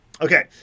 okay